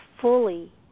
fully